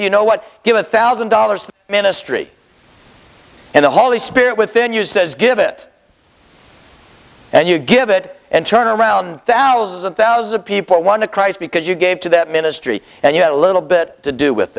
you know what give a thousand dollars to ministry and the holy spirit within you says give it and you give it and turn around thousands and thousands of people want to christ because you gave to that ministry and you had a little bit to do with